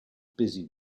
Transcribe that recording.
busy